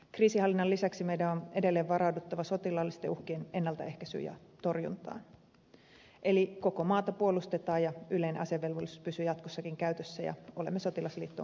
kriisinhallinnan lisäksi meidän on edelleen varauduttava sotilaallisten uhkien ennaltaehkäisyyn ja torjuntaan eli koko maata puolustetaan ja yleinen asevelvollisuus pysyy jatkossakin käytössä ja olemme sotilasliittoon kuulumaton maa